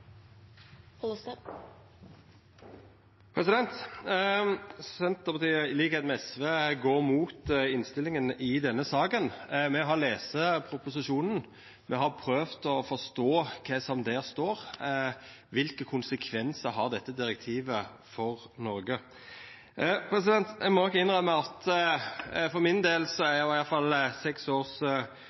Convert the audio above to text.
Senterpartiet, til liks med SV, går imot innstillinga i denne saka. Me har lese proposisjonen, me har prøvd å forstå det som står der – kva for konsekvensar har dette direktivet for Noreg? Eg må nok innrømma at for meg i alle fall har seks års